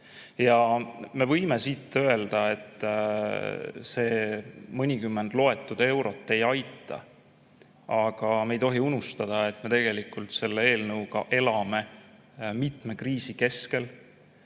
võime siit öelda, et see mõnikümmend loetud eurot ei aita. Aga me ei tohi unustada, et me tegelikult selle eelnõuga elame mitme kriisi keskel.